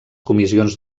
comissions